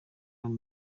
muri